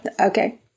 Okay